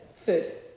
Food